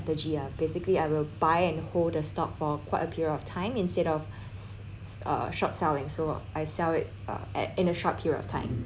basically I will buy and hold the stock for quite a period of time instead of uh short selling so I sell it uh at in a short period of time